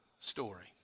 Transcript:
story